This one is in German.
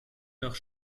nach